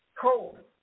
Cold